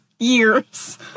Years